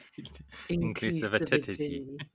Inclusivity